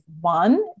one